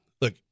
look